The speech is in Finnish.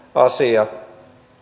asia